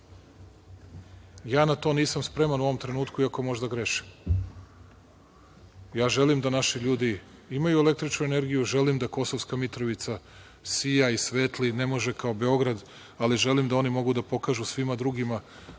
Ja na to nisam spreman u ovom trenutku, iako možda grešim. Želim da naši ljudi imaju električnu energiju, želim da Kosovska Mitrovica sija i svetli, ne može kao Beograd, ali želim da oni mogu da pokažu svim drugima,